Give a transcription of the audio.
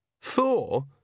Four